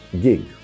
gig